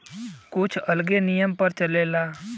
कुछ अलगे नियम पर चलेला